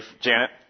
Janet